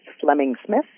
Fleming-Smith